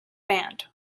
band